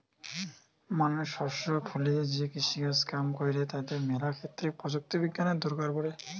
মানুষ শস্য ফলিয়ে যে কৃষিকাজ কাম কইরে তাতে ম্যালা ক্ষেত্রে প্রযুক্তি বিজ্ঞানের দরকার পড়ে